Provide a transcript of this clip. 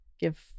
Give